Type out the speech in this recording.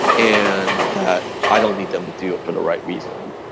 and that i don't need them to do it for the right reasons.